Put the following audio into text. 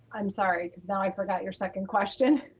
i'm sorry. cause now i forgot your second question.